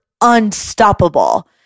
unstoppable